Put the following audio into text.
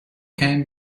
came